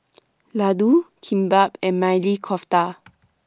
Ladoo Kimbap and Maili Kofta